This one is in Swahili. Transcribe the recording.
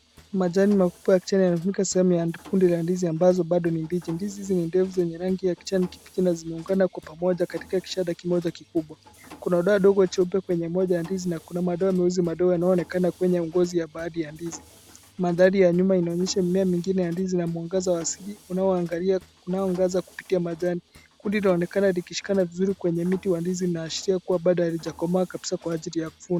Majani makubwa ya kijani ya kusanyika sehemu ya kikundi cha ndizi ambazo ni mbichi. Ndizi hizo ni ndefu, zenye rangi ya kijani kibichi na zimeungana kwa pamoja katika kishada kimoja kikubwa. Kuna doa ndogo jeupe kwenye moja ya ndizi na kuna madoa meusi yanayoonekana kwenye ngozi baadhi ya ndizi. Magadi ya nyuma inaonyesha mimea mingine ya ndizi na mwangaza asili unaongaza kupitia majani. Kundi linaonekana likishikana vizuri kwenye mti wa ndizi linaashiria kuwa bado halijakomaa kabisa kwa ajili ya kuvuna.